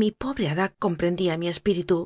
mi pobre adah com prendía mi espíritu